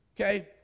Okay